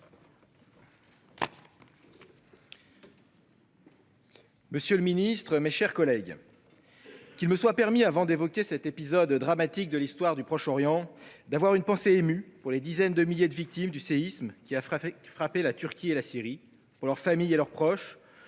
monsieur le ministre, mes chers collègues, qu'il me soit permis avant d'évoquer cet épisode dramatique de l'histoire du Proche-Orient, d'avoir une pensée émue pour les dizaines de milliers de victimes du séisme qui a frappé la Turquie et la Syrie, pour leurs familles et leurs proches,